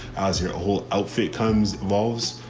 as your whole outfit comes evolves.